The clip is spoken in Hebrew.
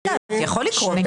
זה יכול לקרות.